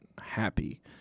happy